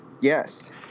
Yes